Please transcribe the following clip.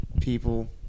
people